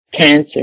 Cancer